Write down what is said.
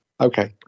Okay